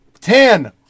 Ten